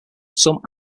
some